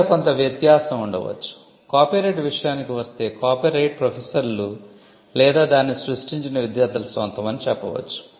ఇక్కడ కొంత వ్యత్యాసం ఉండవచ్చు కాపీరైట్ విషయానికి వస్తే కాపీరైట్ ప్రొఫెసర్లు లేదా దానిని సృష్టించిన విద్యార్థుల స్వంతం అని చెప్పవచ్చు